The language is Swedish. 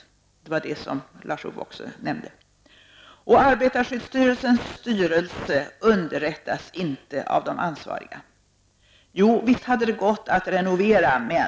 Det var det som Lars-Ove Hagberg också nämnde. Och arbetarskyddsstyrelsens styrelse underrättas inte av de ansvariga. Jo, visst hade det gått att renovera -- men.